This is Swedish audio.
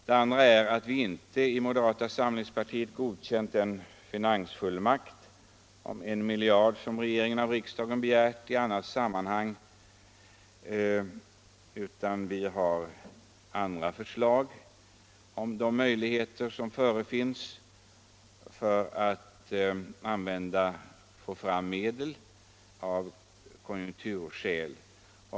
Vidare har vi inte i moderata samlingspartiet godkänt den finansfullmakt om 1 miljard som regeringen av riksdagen begärt i annat sammanhang, utan vi har andra förslag när det gäller möjligheterna att få fram medel av konjunkturskäl.